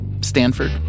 Stanford